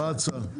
מה ההצעה?